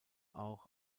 auch